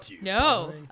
No